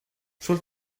sul